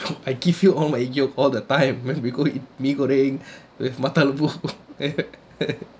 I give you all my yolk all the time when we go eat mee goreng with mata lembu